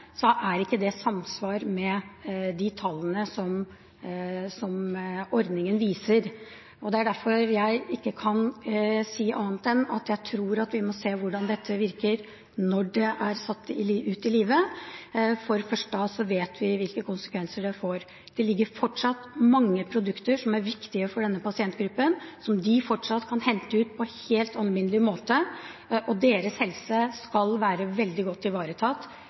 så er ikke det i samsvar med de tallene som ordningen viser. Det er derfor jeg ikke kan si annet enn at jeg tror vi må se hvordan dette virker, når det er satt ut i livet, for først da vet vi hvilke konsekvenser det får. Det ligger fortsatt mange produkter som er viktige for denne pasientgruppen, som de fortsatt kan hente ut på helt alminnelig måte, og deres helse skal være veldig godt ivaretatt